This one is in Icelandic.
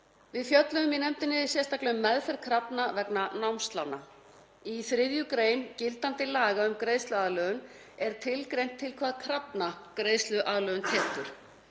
Við fjölluðum í nefndinni sérstaklega um meðferð krafna vegna námslána. Í 3. gr. gildandi laga um greiðsluaðlögun er tilgreint til hvaða krafna greiðsluaðlögun tekur.